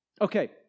Okay